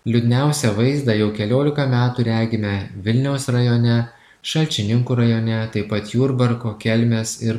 liūdniausią vaizdą jau keliolika metų regime vilniaus rajone šalčininkų rajone taip pat jurbarko kelmės